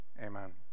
Amen